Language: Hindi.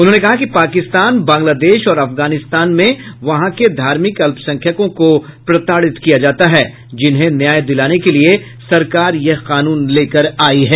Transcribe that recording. उन्होंने कहा कि पाकिस्तान बांग्लादेश और अफगानिस्तान में वहां के धार्मिक अल्पसंख्यकों को प्रताड़ित किया जाता है जिन्हें न्याय दिलाने के लिये सरकार यह कानून लेकर आयी है